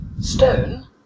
Stone